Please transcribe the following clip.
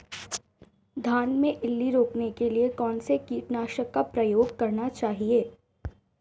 धान में इल्ली रोकने के लिए कौनसे कीटनाशक का प्रयोग करना चाहिए?